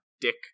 Dick